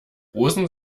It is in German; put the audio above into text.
rosen